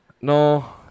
No